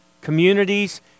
communities